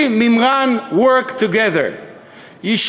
Work Together מימרןWe .